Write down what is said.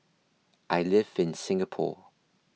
I live in Singapore